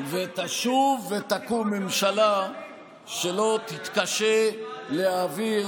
ותשוב ותקום ממשלה שלא תתקשה להעביר